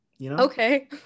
okay